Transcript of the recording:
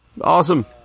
Awesome